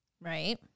right